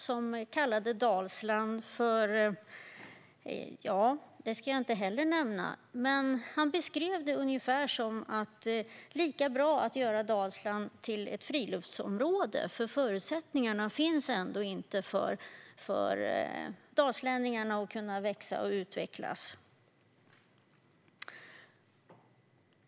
Jag ska inte heller nämna vad han kallade Dalsland, men han beskrev det ungefär som att det var lika bra att göra Dalsland till ett friluftsområde eftersom det inte fanns förutsättningar för att dalslänningarna skulle kunna växa och utvecklas.